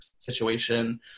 situation